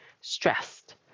stressed